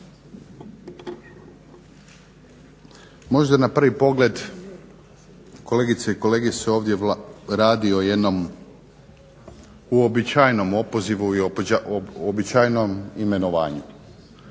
Možda na prvi pogled kolegice i kolege se ovdje radi o jednom uobičajenom opozivu i uobičajenom imenovanju.